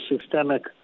systemic